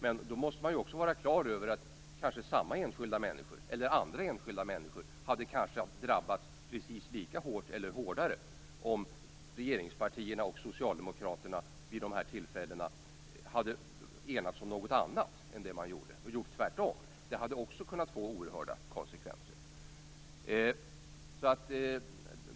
Men man måste då också vara klar över att samma enskilda människor eller andra enskilda människor kanske skulle ha drabbats precis lika hårt, eller hårdare, om regeringspartierna och Socialdemokraterna vid de här tillfällena hade enats om något annat än det som man enades om och hade gjort tvärtom. Det hade ju också kunnat få oerhörda konsekvenser.